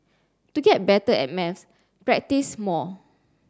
to get better at maths practise more